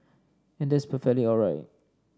and that's perfectly all right